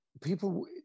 people